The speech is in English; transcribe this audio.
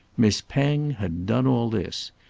miss penge had done all this.